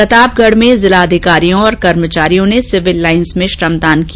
प्रतापगढ में जिलाधिकारियों और कर्मचारियों ने सिविल लाइंस में श्रमदान किया